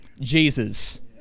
Jesus